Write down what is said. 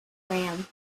ran